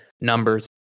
numbers